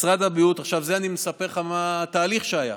משרד הבריאות, עכשיו, אני מספר לך מה התהליך שהיה,